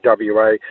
WA